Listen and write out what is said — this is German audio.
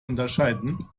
unterscheiden